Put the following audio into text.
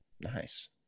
Nice